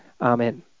Amen